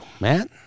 Matt